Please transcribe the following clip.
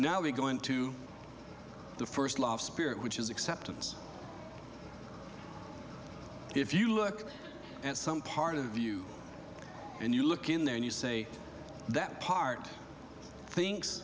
now we go into the first spirit which is acceptance if you look at some part of you and you look in there and you say that part thinks